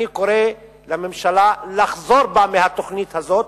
אני קורא לממשלה לחזור בה מהתוכנית הזאת,